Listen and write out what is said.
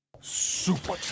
Super